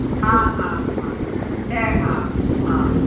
हा हा हा शइ हा हा